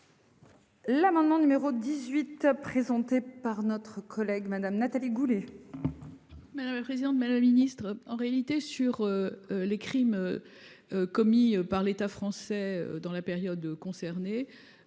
L'amendement numéro 18 présentée par notre collègue Madame Nathalie Goulet. Madame la présidente, madame la ministre, en réalité sur. Les crimes. Commis par l'État français dans la période concernée.